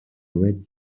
red